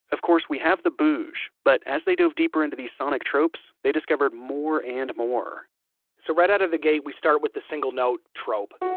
of course we have the booj, but as they dove deeper into these sonic tropes, they discovered more and more so right out of the gate we start with the single note trope,